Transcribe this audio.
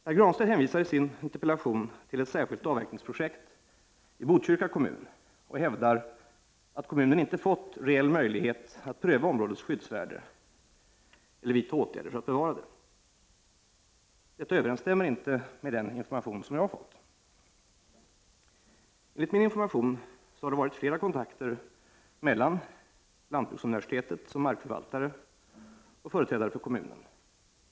Pär Granstedt hänvisar i sin interpellation till ett särskilt avverkningsprojekt i Botkyrka kommun och hävdar att kommunen inte fått reell möjlighet att pröva områdets skyddsvärde eller vidta åtgärder för att bevara det. Detta överensstämmer inte med den information som jag har fått. Enligt min information har det varit flera kontakter mellan lantbruksuniversitetet som markförvaltare och företrädare för kommunen.